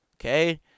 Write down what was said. Okay